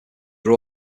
were